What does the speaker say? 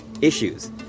issues